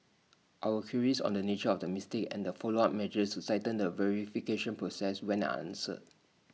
our queries on the nature of the mistake and follow up measures to tighten the verification process went unanswered